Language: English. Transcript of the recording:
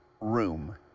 room